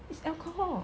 is alcohol